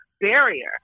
barrier